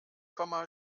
komma